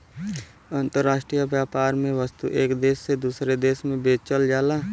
अंतराष्ट्रीय व्यापार में वस्तु एक देश से दूसरे देश में बेचल जाला